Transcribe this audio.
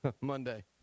Monday